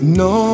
no